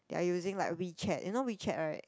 they are using like WeChat you know WeChat right